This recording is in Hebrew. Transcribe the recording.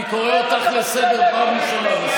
אני קורא אותך לסדר פעם ראשונה.